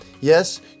Yes